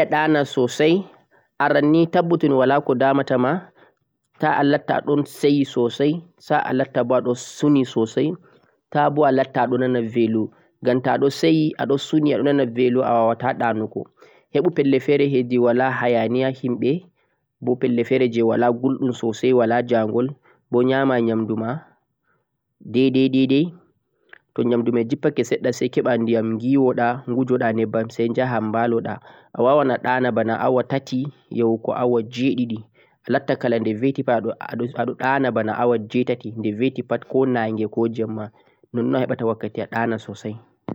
Ta'aayiɗe aɗanaa sosai, arannii tabbutu wala ko damatama bana seyo koh suno, Ta'aboo alatta aɗon nana velo ngam seyiɗo, suniiɗo be bilaɗo ɗanatako. Heɓu pelle je walla hayaniya himɓe sai ɗanoɗa bana awa joi ya hugo jweeɗiɗi